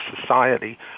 society